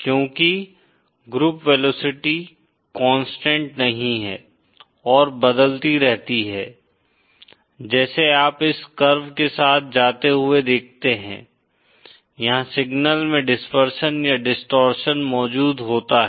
क्योंकि group velocity constant नहीं है और बदलती रहती है जैसे आप इस कर्व के साथ जाते हुए देखते हैं यहां सिग्नल में डिस्पर्सन या डिस्टॉरशन मौजूद होता है